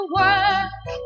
work